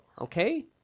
okay